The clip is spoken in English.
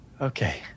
Okay